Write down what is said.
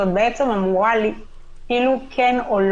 אז אני רוצה שאלת הבהרה: המערכת הזאת בעצם אמורה כן או לא,